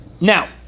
Now